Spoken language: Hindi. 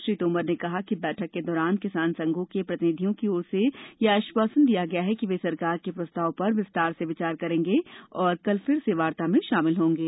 श्री तोमन ने कहा कि बैठक के दौरान किसान संघों के प्रतिनिधियों की ओर से यह आश्वारसन दिया गया कि वे सरकार के प्रस्तााव पर विस्तोर से विचार करेंगे और कल फिर से वार्ता में शामिल होंगे